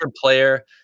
player